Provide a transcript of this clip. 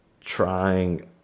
trying